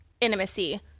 intimacy